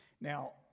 Now